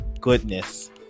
goodness